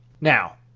Now